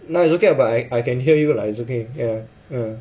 no it's okay ah but I I can hear you lah it's okay err err